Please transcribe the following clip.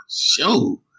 show